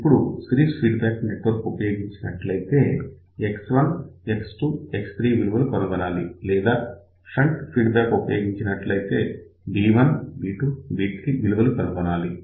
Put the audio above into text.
ఇప్పుడు series feedback network ఉపయోగించినట్లయితే X1 X2 X3 విలువలు కనుక్కోవాలి లేదా షంట్ ఫీడ్బ్యాక్ ఉపయోగించినట్లయితే B1 B2 B3 విలువలు కొనుక్కోవాలి